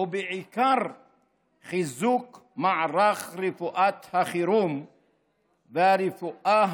ובעיקר חיזוק מערך רפואת החירום והרפואה